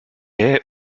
est